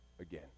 again